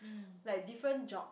like different job